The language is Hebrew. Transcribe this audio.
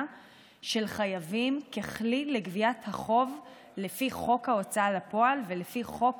של חייבים ככלי לגביית החוב לפי חוק ההוצאה לפועל ולפי חוק